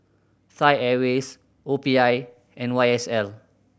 Thai Airways O P I and Y S L